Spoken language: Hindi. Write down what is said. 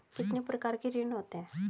कितने प्रकार के ऋण होते हैं?